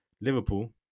Liverpool